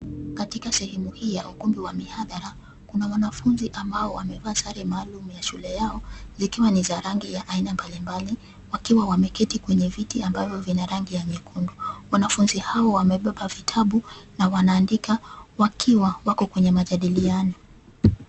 Katika sehemu hii ya ukumbi wa mihadhara kuna wanafunzi ambao wamevaa sare maalum ya shule yao zikiwa ni za rangi ya aina mbalimbali wakiwa wameketi kwenye viti ambavyo vina rangi ya nyekundu. Wanafunzi hawa wamebeba vitabu na wanaandika wakiwa wako kwenye majadiliano.